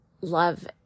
love